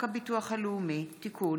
פ/1030/23: הצעת חוק הביטוח הלאומי (תיקון,